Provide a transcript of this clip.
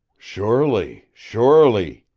surely, surely,